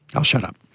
i'll shut up